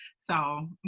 so